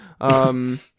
um-